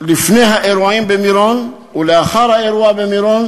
שלפני האירועים במירון ולאחר האירוע במירון